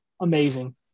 amazing